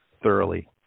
thoroughly